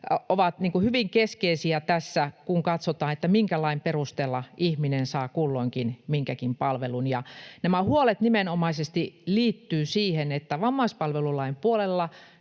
ovat hyvin keskeisiä, kun katsotaan, minkä lain perusteella ihminen kulloinkin saa minkäkin palvelun, ja nämä huolet nimenomaisesti liittyvät siihen, että vammaispalvelulain puolella